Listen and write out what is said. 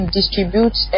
distribute